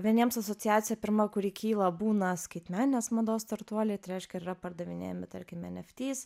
vieniems asociacija pirma kuri kyla būna skaitmeninės mados startuoliai tai reiškia yra pardavinėjami tarkim eneftys